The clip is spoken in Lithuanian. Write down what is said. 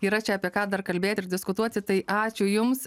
yra čia apie ką dar kalbėti ir diskutuoti tai ačiū jums